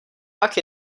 pak